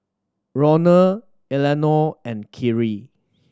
Ronald Eleanore and Kerrie